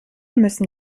müssen